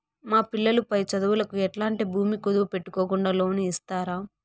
మా పిల్లలు పై చదువులకు ఎట్లాంటి భూమి కుదువు పెట్టుకోకుండా లోను ఇస్తారా